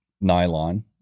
nylon